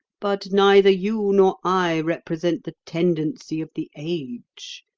but neither you nor i represent the tendency of the age.